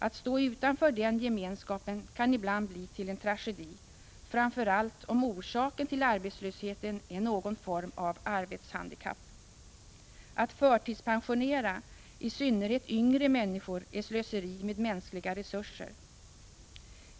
Att stå utanför den gemenskapen kan ibland bli till en tragedi, framför allt om orsaken till arbetslösheten är någon form av arbetshandikapp. Att förtidspensionera människor, i synnerhet yngre människor, är slöseri med mänskliga resurser.